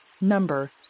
number